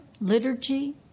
liturgy